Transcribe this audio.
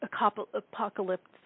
apocalypse